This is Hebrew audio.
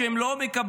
שהן לא מקבלות